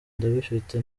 ndabifite